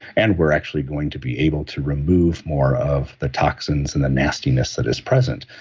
and we're actually going to be able to remove more of the toxins and the nastiness that is present.